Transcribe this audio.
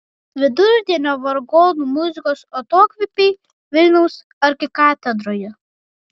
vidurdienio vargonų muzikos atokvėpiai vilniaus arkikatedroje